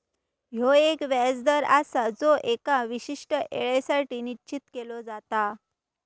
ह्यो एक व्याज दर आसा जो एका विशिष्ट येळेसाठी निश्चित केलो जाता